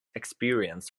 experience